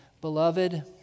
beloved